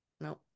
No